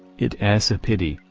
it s a pity,